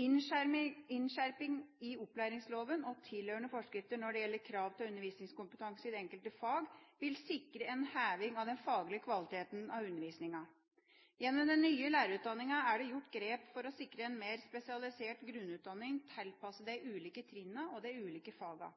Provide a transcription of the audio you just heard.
Innskjerping i opplæringsloven og tilhørende forskrifter når det gjelder krav til undervisningskompetanse i det enkelte fag, vil sikre en heving av den faglige kvaliteten på undervisningen. Gjennom den nye lærerutdanningen er det gjort grep for å sikre en mer spesialisert grunnutdanning tilpasset de ulike trinnene og de ulike fagene.